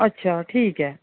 अच्छा ठीक ऐ